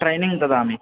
training ददामि